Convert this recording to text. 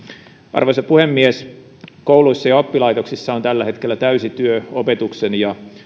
arvoisa puhemies kouluissa ja oppilaitoksissa on tällä hetkellä täysi työ opetuksen ja